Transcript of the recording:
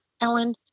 Ellen